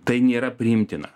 tai nėra priimtina